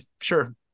Sure